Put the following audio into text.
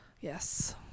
yes